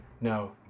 no